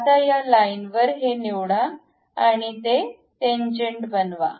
आता त्या लाइनवर हे निवडा आणि ते टेंजेंट बनवा